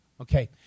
Okay